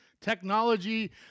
technology